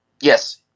Yes